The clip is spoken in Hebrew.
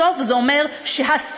בסוף זה אומר שהשרים,